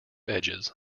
edges